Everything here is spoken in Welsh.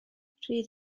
rhydd